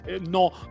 no